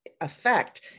Effect